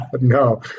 no